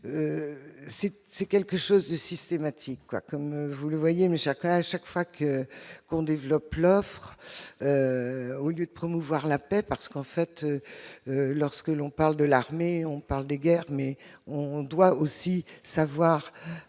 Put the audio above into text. cite, c'est quelque chose de systématique comme vous le voyez, mais chacun, à chaque fois que qu'on développe l'offre au lieu de promouvoir la paix, parce qu'en fait, lorsque l'on parle de l'armée, on parle de guerre, mais où on doit aussi savoir